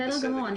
בסדר גמור.